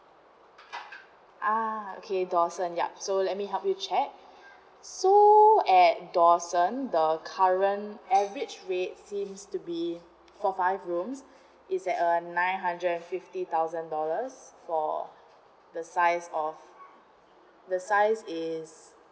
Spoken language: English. ah okay dawson yup so let me help you to check so at dawson the current average rate seems to be four five rooms is at uh nine hundred and fifty thousand dollars for the size of the size is